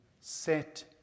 set